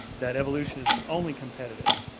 that evolution is only competitive.